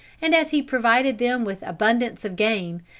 and as he provided them with abundance of game,